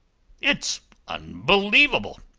it's unbelievable!